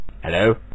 Hello